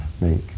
make